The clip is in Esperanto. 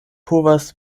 povas